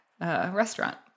restaurant